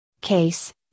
case